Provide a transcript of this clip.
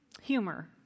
humor